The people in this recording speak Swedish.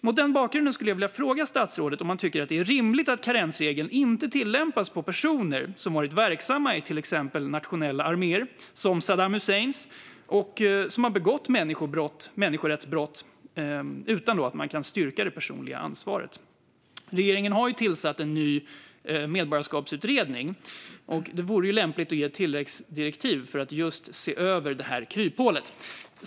Mot denna bakgrund skulle jag vilja fråga statsrådet: Tycker han att det är rimligt att karensregeln inte tillämpas på personer som varit verksamma i till exempel nationella arméer, såsom Saddam Husseins, och som har begått människorättsbrott, utan att personligt ansvar kan styrkas? Regeringen har tillsatt en ny medborgarskapsutredning, och då vore det lämpligt att ge ett tilläggsdirektiv för att se över kryphålet.